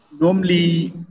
normally